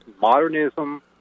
modernism